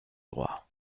droit